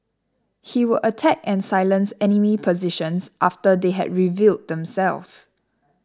he would attack and silence enemy positions after they had revealed themselves